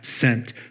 sent